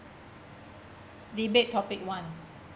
debate topic one